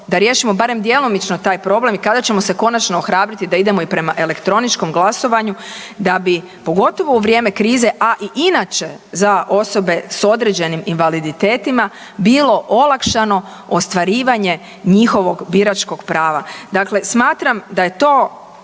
da riješimo barem djelomično taj problem i kada ćemo se konačno ohrabriti i da idemo i prema elektroničkom glasovanju da bi pogotovo u vrijeme krize, a i inače za osobe s određenim invaliditetima bilo olakšano ostvarivanje njihovog biračkog prava. Dakle, smatram da je to